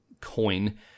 coin